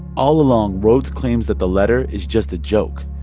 all along, rhoads claims that the letter is just a joke,